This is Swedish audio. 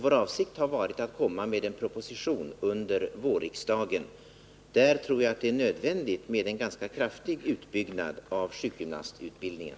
Vår avsikt är att lägga fram en proposition under vårriksdagen. Här tror jag att det är nödvändigt med en ganska kraftig utbyggnad av sjukgymnastutbildningen.